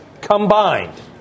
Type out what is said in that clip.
combined